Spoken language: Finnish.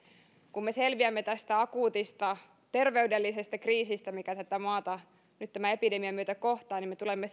kun me selviämme tästä akuutista terveydellisestä kriisistä mikä tätä maata nyt tämän epidemian myötä kohtaa niin me tulemme